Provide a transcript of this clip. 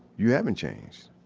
you haven't changed.